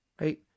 Right